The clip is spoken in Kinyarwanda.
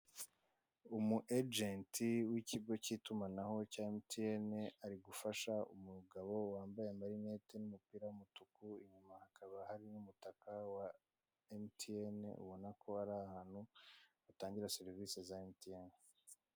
Umu ejenti w'ikigo cy'itumanaho cya MTN ari gufasha umugabo wambaye amarinete n'umupira w'umutuku, inyuma hakaba hari n'umutaka wa MTN ubona ko ari ahantu batangira serivisi za MTN.